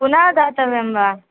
पुनः दातव्यं वा